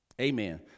Amen